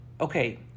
okay